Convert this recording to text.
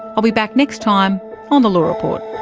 i'll be back next time on the law report